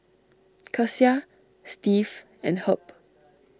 Kecia Steve and Herb